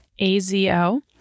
azo